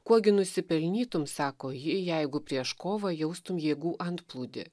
kuo gi nusipelnytum sako ji jeigu prieš kovą jaustum jėgų antplūdį